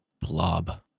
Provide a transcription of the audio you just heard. blob